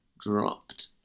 dropped